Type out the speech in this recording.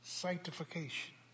sanctification